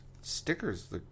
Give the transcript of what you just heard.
stickers